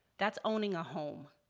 that's owning a home.